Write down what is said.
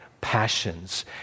passions